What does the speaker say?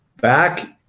Back